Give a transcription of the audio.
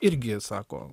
irgi sako